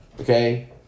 okay